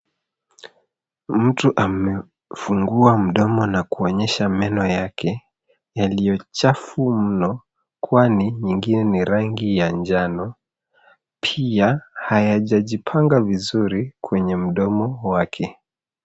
Mtu amefungua mdomo na kuonyesha meno yake yaliyo chafu mno kwani mengine ni rangi ya njano. Pia, hayajajipanga vizuri kwenye mdomo wake.